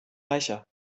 reicher